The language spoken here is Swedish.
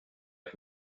ett